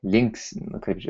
linksnių kaip čia